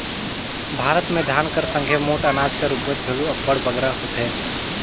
भारत में धान कर संघे मोट अनाज कर उपज घलो अब्बड़ बगरा होथे